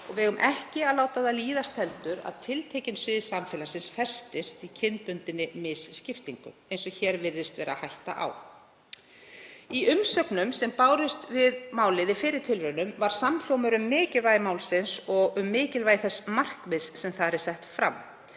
Við eigum ekki heldur að láta það líðast að tiltekin svið samfélagsins festist í kynbundinni misskiptingu eins og hér virðist vera hætta á. Í umsögnum sem bárust við málið í fyrri tilraunum var samhljómur um mikilvægi málsins og um mikilvægi þess markmiðs sem þar er sett fram.